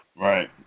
Right